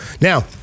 Now